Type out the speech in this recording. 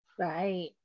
Right